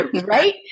right